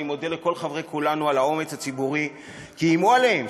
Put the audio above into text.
אני מודה לכל חברי כולנו על האומץ הציבורי כי איימו עליהם,